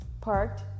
parked